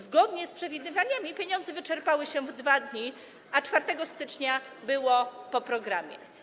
Zgodnie z przewidywaniami pieniądze wyczerpały się w 2 dni, a 4 stycznia było po programie.